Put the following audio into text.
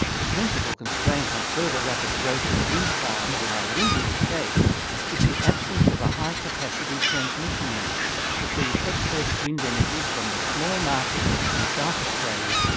the principal constraint on further rapid growth of wind farms in our windiest state is the absence of a high-capacity transmission link to feed excess wind energy, from the small market in south australia,